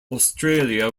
australia